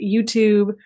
YouTube